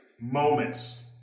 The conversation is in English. moments